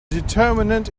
determinant